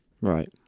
right